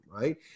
right